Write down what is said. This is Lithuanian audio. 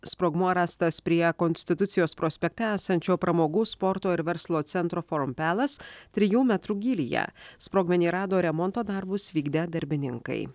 sprogmuo rastas prie konstitucijos prospekte esančio pramogų sporto ir verslo centro forum palace trijų metrų gylyje sprogmenį rado remonto darbus vykdę darbininkai